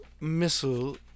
missile